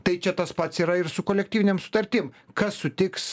tai čia tas pats yra ir su kolektyvinėm sutartim kas sutiks